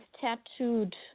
tattooed